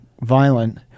violent